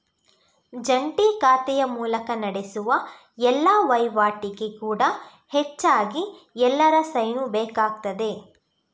ಜಂಟಿ ಖಾತೆಯ ಮೂಲಕ ನಡೆಸುವ ಎಲ್ಲಾ ವೈವಾಟಿಗೆ ಕೂಡಾ ಹೆಚ್ಚಾಗಿ ಎಲ್ಲರ ಸೈನು ಬೇಕಾಗ್ತದೆ